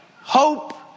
hope